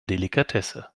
delikatesse